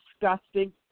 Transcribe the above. disgusting